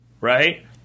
Right